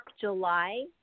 July